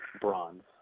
bronze